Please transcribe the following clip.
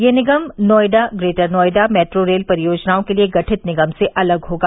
यह निगम Noida Greater Noida metro rail परियोजनाओं के लिये गठित निगम से अलग होगा